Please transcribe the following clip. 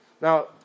Now